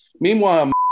Meanwhile